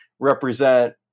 represent